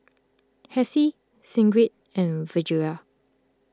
Hessie Sigrid and Virgia